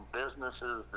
businesses